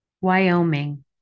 Wyoming